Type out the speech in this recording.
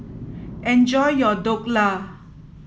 enjoy your Dhokla